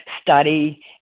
study